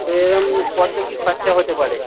তো এরকম কত কী খরচা হতে পারে